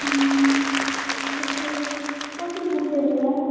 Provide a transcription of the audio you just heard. यस्तो कति पुग्छ होला